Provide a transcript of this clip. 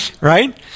right